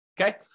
Okay